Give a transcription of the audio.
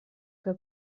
que